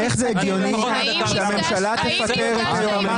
איך זה הגיוני שהממשלה תפטר יועמ"שית